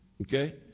Okay